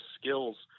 skills